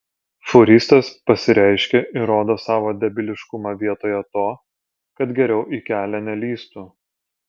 fūristas pasireiškė ir rodo savo debiliškumą vietoje to kad geriau į kelią nelįstų